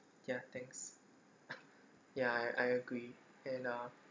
ya thanks ya I I agree and uh